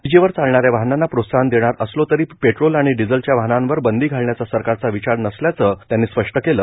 विजेवर चालणाऱ्या वाहनांना प्रोत्साहन देणार असलो तरी पेट्रोल आणि डिझेलच्या वाहनांवर बंदी घालण्याचा सरकारचा विचार नसल्याचं त्यांनी स्पष्ट केलं